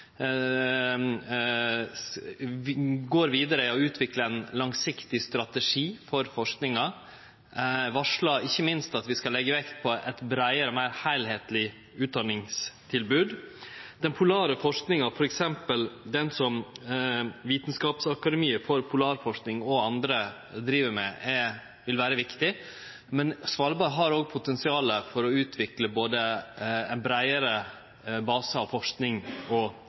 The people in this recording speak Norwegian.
skal leggje vekt på eit breiare og meir heilskapleg utdanningstilbod. Den polare forskinga, f.eks. den som Vitenskapsakademiet for polarforskning og andre driv med, vil vere viktig, men Svalbard har òg potensial for å utvikle breiare basar av forsking og